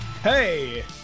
Hey